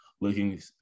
looking